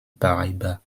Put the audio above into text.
paraíba